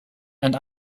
and